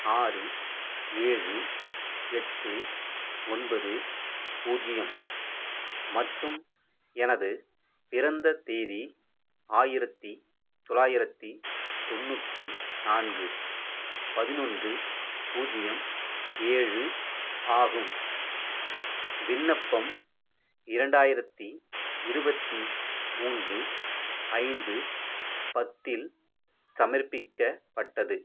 ஆறு ஏழு எட்டு ஒன்பது பூஜ்ஜியம் மற்றும் எனது பிறந்த தேதி ஆயிரத்தி தொள்ளாயிரத்தி தொண்ணூற்றி நான்கு பதினொன்று பூஜ்ஜியம் ஏழு ஆகும் விண்ணப்பம் இரண்டாயிரத்தி இருபத்தி மூன்று ஐந்து பத்தில் சமர்ப்பிக்கப்பட்டது